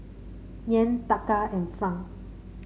Yen Taka and franc